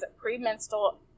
premenstrual